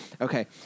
Okay